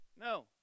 No